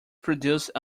produced